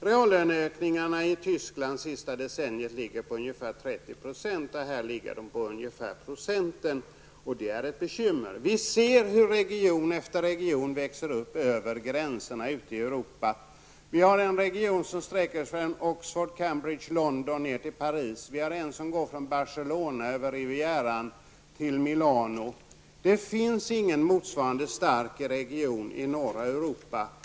Reallöneökningarna i Tyskland under det senaste decenniet ligger på ungefär 30 %, här på ungefär 1 %. Det är ett bekymmer. Vi ser hur region efter region växer upp över gränserna i Europa. Vi har en region som sträcker sig från Oxford, Camebridge, London och ner till Paris. Vi har en annan som sträcker sig från Barcelona över Rivieran till Milano. Det finns ingen motsvarande stark region i norra Europa.